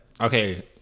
Okay